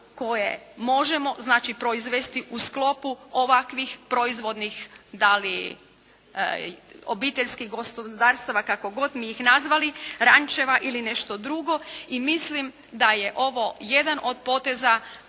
kojega možemo proizvesti u sklopu ovakvih proizvodnih da li obiteljskih gospodarstava kako god ih mi nazvali, rančeva ili nešto drugo, i mislim da je ovo jedan od poteza